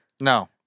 No